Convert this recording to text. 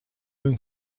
جون